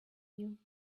you